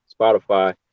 spotify